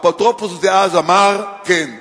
האפוטרופוס דאז אמר: כן.